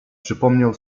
przypomniał